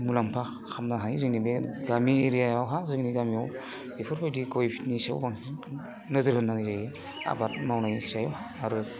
मुलाम्फा खालामनो हायो जोंनि बे गामि एरियावहा जोंनि गामियाव बेफोरबादि गयनि सायाव बांसिन नोजोर होनाय जायो आबाद मावनायनि सायाव आरो